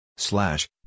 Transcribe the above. Slash